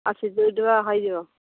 ଆଉ ସିଏ ହେଇଯିବ